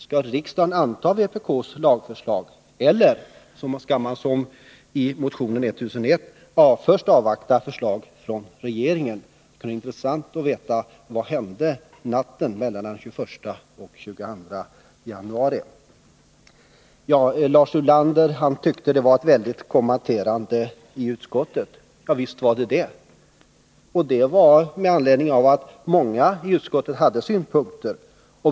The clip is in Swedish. Skall riksdagen anta vpk:s lagförslag, eller skall man, vilket föreslås i motion 1001, först avvakta förslag från regeringen. Det skulle vara intressant att veta vad som hände natten mellan den 21 och den 22 januari. 65 Lars Ulander tyckte att det var ett väldigt kommenterande i utskottet. Visst var det det. Detta berodde på att många i utskottet hade synpunkter.